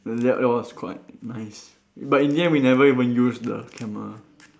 that that was quite nice but in the end we never even use the camera